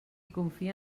confia